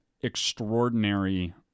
extraordinary